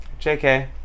JK